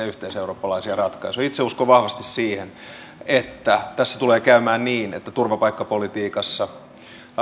yhteiseurooppalaisia ratkaisuja itse uskon vahvasti siihen että tässä tulee käymään niin että turvapaikkapolitiikassa